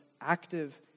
active